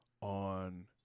on